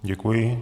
Děkuji.